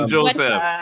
Joseph